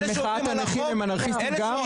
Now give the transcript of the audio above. אה, אז המפגינים של מחאת הנכים הם אנרכיסטים גם?